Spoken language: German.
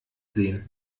sehen